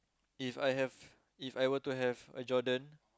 If I have If I were to have a Jordan